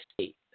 state